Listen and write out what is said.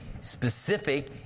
specific